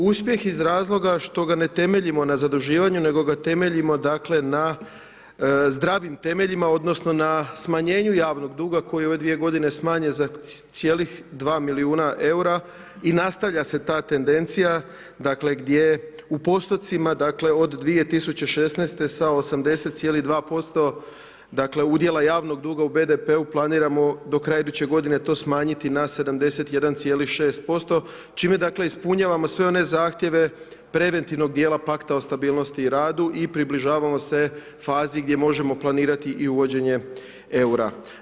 Uspjeh iz razloga što ga ne temeljimo na zaduživanju, nego ga temeljimo na zdravim temeljima, odnosno, na smanjenju javnog duga, koji u ove dvije godine smanjen za cijelih 2 milijuna eura i nastavlja se ta tendencija gdje u postocima od 2016. sa 80,2% dakle udjela javnog duga u BDP-u planiramo do kraja iduće g. to smanjiti na 71,6% čime dakle, ispunjavamo sve one zahtjeve preventivnog dijela pakta o stabilnosti i radu i približavamo se fazi, gdje možemo planirati i uvođenje eura.